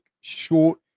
short